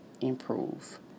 improve